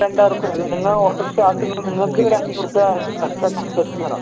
രണ്ടായിരം ഉർപ്യ നിങ്ങൾ ഓട്ടോറിക്ഷ ആക്കുന്ന നിങ്ങൾക്ക് ഒരു അഞ്ഞൂറ് ഉർപ്യ കുറച്ച് കൺസെഷൻ തരാം